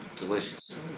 delicious